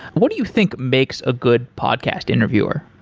what do you think makes a good podcast interviewer?